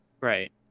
right